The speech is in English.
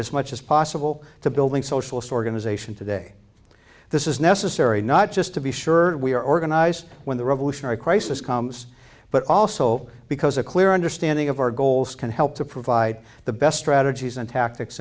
as much as possible to building socialist organization today this is necessary not just to be sure that we organize when the revolutionary crisis comes but also because a clear understanding of our goals can help to provide the best strategies and tactics